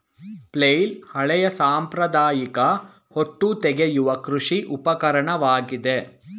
flail ಹಳೆಯ ಸಾಂಪ್ರದಾಯಿಕ ಹೊಟ್ಟು ತೆಗೆಯುವ ಕೃಷಿ ಉಪಕರಣವಾಗಿದೆ